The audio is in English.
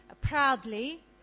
proudly